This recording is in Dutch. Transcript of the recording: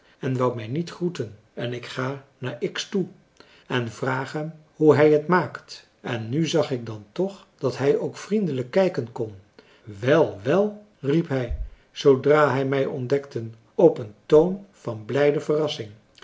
en wou mij niet groeten en ik ga naar x toe en vraag hem hoe hij het maakt en nu zag ik dan toch dat hij ook vriendelijk kijken kon wel wel riep hij zoodra hij mij ontdekte op een toon van blijde verrassing